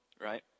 right